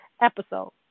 episode